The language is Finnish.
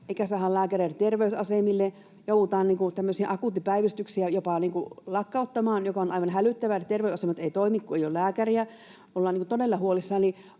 eikä saada lääkäreitä terveysasemille. Joudutaan tämmöisiä akuuttipäivystyksiä jopa lakkauttamaan, mikä on aivan hälyttävää, että terveysasemat eivät toimi, kun ei ole lääkäreitä, ollaan todella huolissaan.